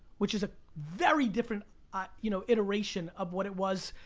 which is a very different ah you know iteration of what it was.